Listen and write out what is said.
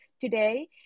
today